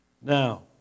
Now